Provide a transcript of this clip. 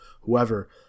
whoever